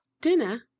dinner